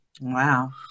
Wow